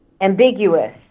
ambiguous